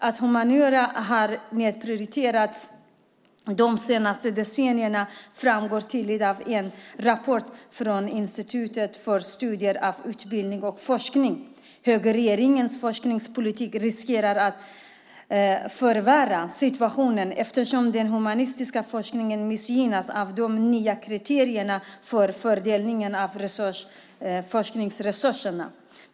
Att humaniora har nedprioriterats under de senaste decennierna framgår tydligt av en rapport från Institutet för studier av utbildning och forskning. Högerregeringens forskningspolitik riskerar att förvärra situationen eftersom den humanistiska forskningen missgynnas av de nya kriterierna för fördelning av forskningsresurserna.